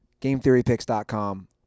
GameTheoryPicks.com